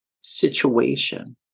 situation